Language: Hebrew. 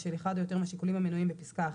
בשל אחד או יותר מהשיקולים המנויים בפסקה (1),